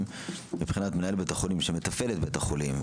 מבחינת בית החולים שמתפעל את בית החולים,